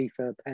FIFA